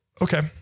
okay